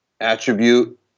attribute